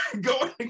go